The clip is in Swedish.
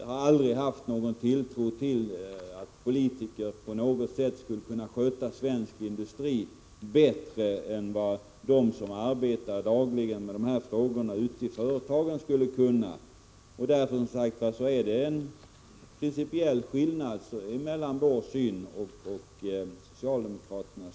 Jag har aldrig haft någon tilltro till att politiker skulle kunna sköta svensk industri bättre än de kan som dagligen arbetar med frågorna ute i företagen. Det finns alltså en principiell skillnad mellan vår syn och socialdemokraternas.